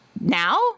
now